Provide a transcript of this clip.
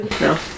No